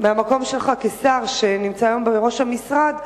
מהמקום שלך כשר שנמצא היום בראש המשרד,